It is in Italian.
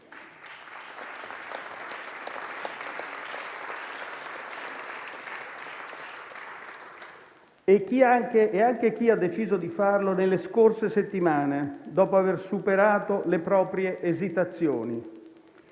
e anche chi ha deciso di farlo nelle scorse settimane, dopo aver superato le proprie esitazioni.